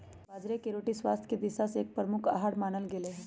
बाजरे के रोटी के स्वास्थ्य के दिशा से एक प्रमुख आहार मानल गयले है